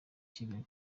kigali